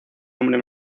hombre